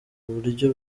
buryo